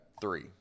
three